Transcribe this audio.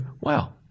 wow